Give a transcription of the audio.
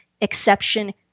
exception